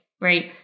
right